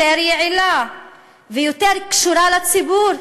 יותר יעילה ויותר קשורה לציבור,